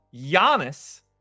Giannis